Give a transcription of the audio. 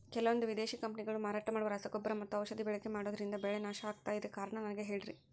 ಕೆಲವಂದು ವಿದೇಶಿ ಕಂಪನಿಗಳು ಮಾರಾಟ ಮಾಡುವ ರಸಗೊಬ್ಬರ ಮತ್ತು ಔಷಧಿ ಬಳಕೆ ಮಾಡೋದ್ರಿಂದ ಬೆಳೆ ನಾಶ ಆಗ್ತಾಇದೆ? ಕಾರಣ ನನಗೆ ಹೇಳ್ರಿ?